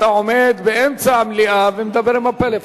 אתה עומד באמצע המליאה ומדבר בפלאפון.